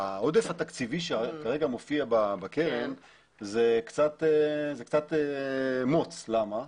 העודף התקציבי שכרגע מופיע בקרן, זה קצת מוץ, למה?